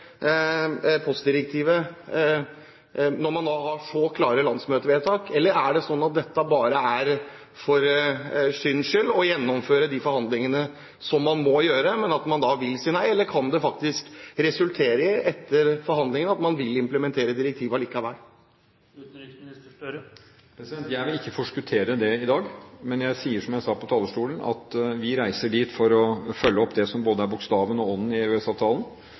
postdirektivet, når man har så klare landsmøtevedtak i alle de tre regjeringspartiene? Eller er det slik at det bare er for syns skyld at man gjennomfører de forhandlingene som man må gjøre, men at man vil si nei? Eller kan det faktisk etter forhandlingene resultere i at man vil implementere direktivet allikevel? Jeg vil ikke forskuttere det i dag. Men jeg sier, som jeg sa på talerstolen, at vi reiser dit for å følge opp det som både er bokstavelig og ånden i